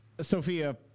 sophia